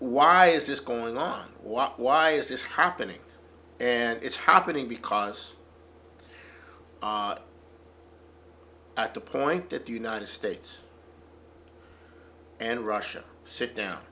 why is this going on what why is this happening and it's happening because at the point that the united states and russia sit down